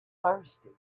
thirsty